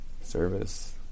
Service